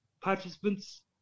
participants